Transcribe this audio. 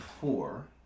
four